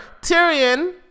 Tyrion